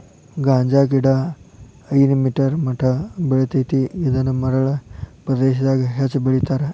ಗಾಂಜಾಗಿಡಾ ಐದ ಮೇಟರ್ ಮಟಾ ಬೆಳಿತೆತಿ ಇದನ್ನ ಮರಳ ಪ್ರದೇಶಾದಗ ಹೆಚ್ಚ ಬೆಳಿತಾರ